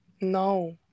No